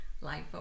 life